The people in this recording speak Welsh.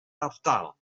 ardal